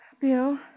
Bill